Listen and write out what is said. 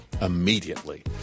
immediately